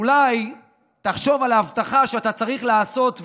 אולי תחשוב על האבטחה שאתה צריך לעשות,